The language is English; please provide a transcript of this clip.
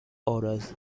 orders